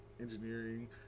engineering